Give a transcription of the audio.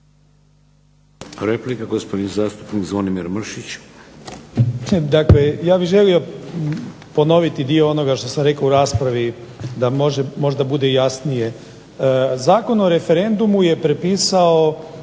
(HDZ)** Gospodin zastupnik Zvonimir Mršić.